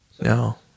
No